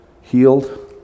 healed